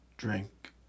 Drink